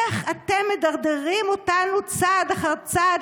איך אתם מדרדרים אותנו צעד אחר צעד